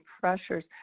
pressures